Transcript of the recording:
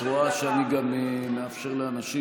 את רואה שאני גם מאפשר לאנשים,